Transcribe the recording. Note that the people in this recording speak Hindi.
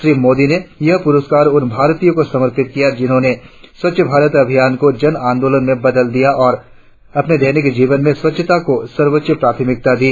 श्री मोदी ने यह पुरस्कार उन भारतीयों को समर्पित किया जिन्होंने स्वच्छ भारत अभियान को जन आदोलन में बदल दिया और अपने दैनिक जीवन में स्वच्छता को सर्वोच्च प्राथमिकता दी